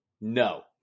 No